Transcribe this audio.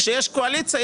כשיש קואליציה,